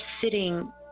sitting